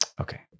okay